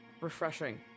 refreshing